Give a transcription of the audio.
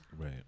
Right